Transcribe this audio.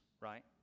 right